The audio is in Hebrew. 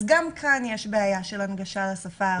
אז גם כאן יש בעיה של הנגשה לשפה הערבית.